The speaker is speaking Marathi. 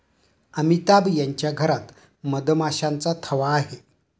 अमिताभ यांच्या घरात मधमाशांचा थवा आहे